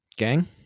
Gang